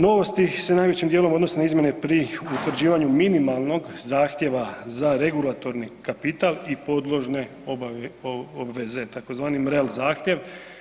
Novosti se najvećim dijelom odnose na izmjene pri utvrđivanju minimalnog zahtjeva za regulatorni kapital i podložne obveze, tzv. real zahtjev.